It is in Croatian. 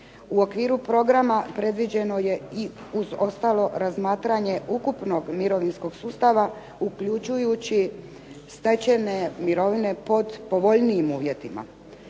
U okviru programa predviđeno je i uz ostalo razmatranje ukupnog mirovinskog sustava, uključujući stečene mirovine pod povoljnijim uvjetima.